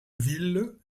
ville